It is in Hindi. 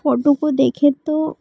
फोटो को देखे तो